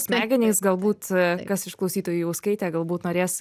smegenys galbūt a kas išklausytojų jau skaitė galbūt norės